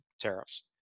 tariffs